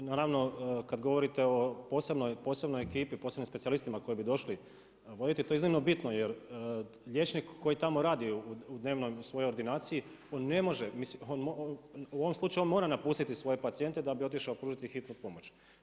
I naravno, kada govorite o posebnoj ekipi, posebnim specijalistima koji bi došli vodit, to je iznimno bitno, jer liječnik koji tamo radi u dnevnoj, svojoj ordinaciji, on ne može, u ovom slučaju on mora napustiti svoje pacijente da bi otišao pružiti hitnu pomoć.